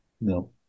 no